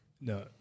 no